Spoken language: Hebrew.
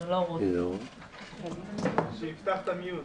למעשה את הכסף